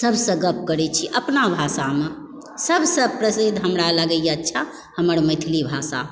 सभसँ गप करैत छी अपना भाषामे सबसँ प्रसिद्ध हमरा लगयए अच्छा हमर मैथिली भाषा